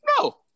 no